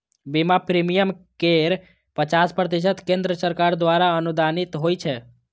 बीमा प्रीमियम केर पचास प्रतिशत केंद्र सरकार द्वारा अनुदानित होइ छै